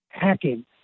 Hacking